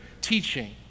teaching